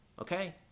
okay